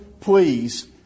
please